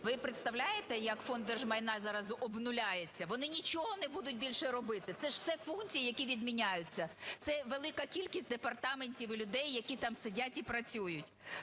Ви представляєте, як Фонд держмайна зараз обнуляється? Вони нічого не будуть більше робити. Це ж все функції, які відміняються. Це велика кількість департаментів і людей, які там сидять і працюють.